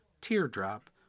teardrop